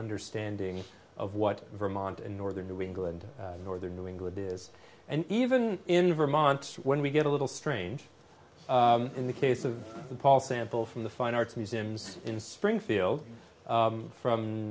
understanding of what vermont and northern new england northern new england is and even in vermont when we get a little strange in the case of the paul sample from the fine arts museums in springfield from